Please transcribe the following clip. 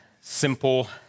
simple